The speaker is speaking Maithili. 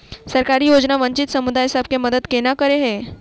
सरकारी योजना वंचित समुदाय सब केँ मदद केना करे है?